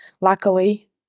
luckily